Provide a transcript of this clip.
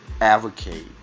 advocate